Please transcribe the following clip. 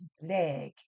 leg